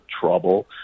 Trouble